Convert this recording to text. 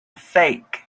fake